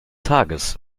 tages